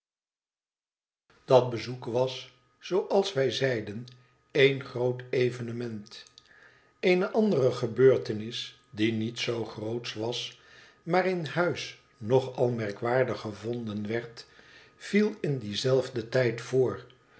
dat bezoek was zooals wij zeiden een groot evenement eene andere gebeurtenis die niet zoo grootsch was maar in huis nogal merkwaardig gevonden werd viel in dien zelfden tijd voor